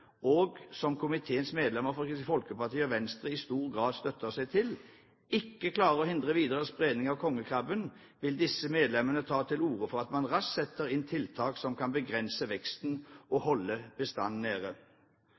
og som komiteens medlemmer fra Kristelig Folkeparti og Venstre i stor grad støtter seg til, ikke klarer å hindre videre spredning av kongekrabben, vil disse medlemmer ta til orde for at man raskt setter inn tiltak som kan begrense veksten og holde bestanden nede.»